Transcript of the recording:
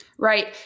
Right